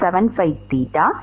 75 theta 0